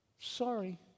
Sorry